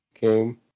game